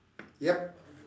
yup